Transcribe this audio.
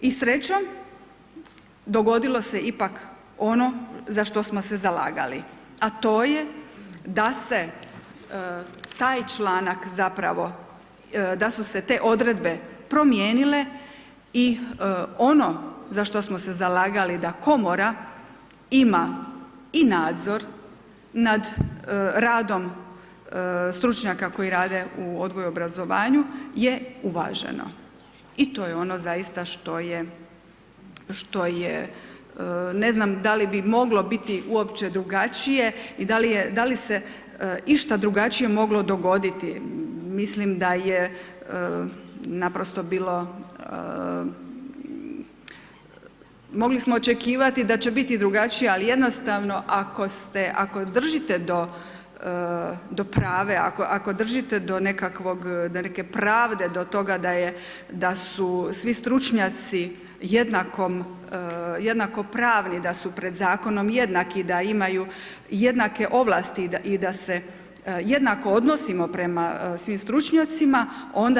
I srećom dogodilo se ipak ono za što smo se zalagali, a to je da se taj članak zapravo, da su se te odredbe promijenile i ono za što smo se zalagali da Komora ima i nadzor nad radom stručnjaka koji rade u odgoju, obrazovanju, je uvažena, i to je ono zaista što je, što je, ne znam da li bi moglo biti uopće drugačije i da li je, da li se išta drugačije moglo dogoditi, mislim da je naprosto bilo, mogli smo očekivati da će biti drugačije, ali jednostavno ako ste, ako držite do, do prave, ako držite do nekakvog, do neke pravde, do toga da je, da su svi stručnjaci jednakom, jednako pravni, da su pred Zakonom jednaki, da imaju jednake ovlasti i, i da se jednako odnosimo prema svim stručnjacima, onda